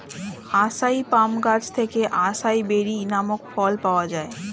আসাই palm গাছ থেকে acai berry নামক ফল পাওয়া যায়